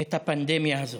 את הפנדמיה הזאת.